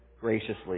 graciously